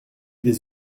des